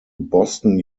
boston